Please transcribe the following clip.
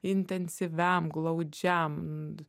intensyviam glaudžiam